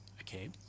Okay